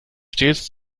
stets